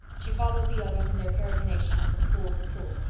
she followed the others in their peregrinations from pool to pool,